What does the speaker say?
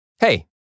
Hey